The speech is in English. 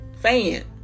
fan